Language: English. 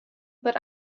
but